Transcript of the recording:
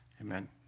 Amen